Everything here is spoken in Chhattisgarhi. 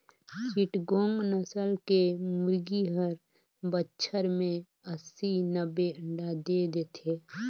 चिटगोंग नसल के मुरगी हर बच्छर में अस्सी, नब्बे अंडा दे देथे